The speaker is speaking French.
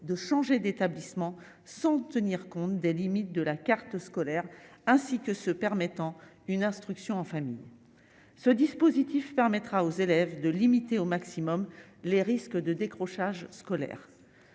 de changer d'établissement, sans tenir compte des limites de la carte scolaire ainsi que se permettant une instruction en famille, ce dispositif permettra aux élèves de limiter au maximum les risques de décrochage scolaire